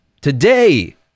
Today